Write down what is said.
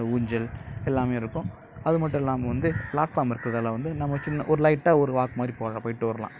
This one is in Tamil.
ஊஞ்சல் இதெல்லாம் இருக்கும் அது மட்டும் இல்லாமல் வந்து ப்ளாட்ஃபாம் இருக்கிறதுல வந்து நம்ம சின்ன ஒரு லைட்டாக ஒரு வாக் மாதிரி போகலா போயிட்டு வரலாம்